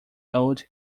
old